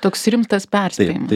toks rimtas perspėjimas